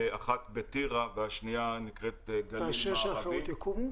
אחת בטירה והשנייה נקראת גליל מערבי.